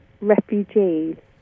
refugees